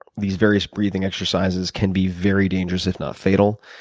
these various breathing exercises can be very dangerous, if not fatal.